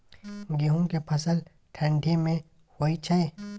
गेहूं के फसल ठंडी मे होय छै?